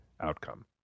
outcome